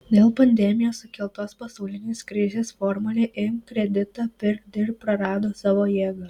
dėl pandemijos sukeltos pasaulinės krizės formulė imk kreditą pirk dirbk prarado savo jėgą